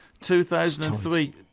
2003